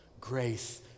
Grace